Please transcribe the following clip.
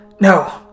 No